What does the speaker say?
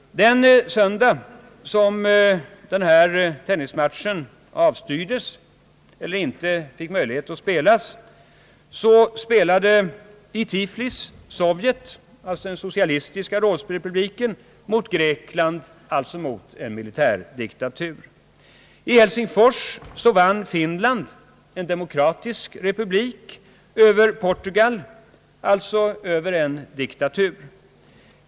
Den söndag som tennismatchen mellan Sverige och Rhodesia avstyrdes spelade i Tiflis Sovjet, den socialistiska rådsrepubliken, mot Grekland, en militärdiktatur. I Helsingfors vann Finland, en demokratisk republik, över Portugal, en diktatur och afrikansk kolonialmakt.